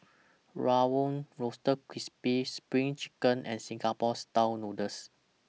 Rawon Roasted Crispy SPRING Chicken and Singapore Style Noodles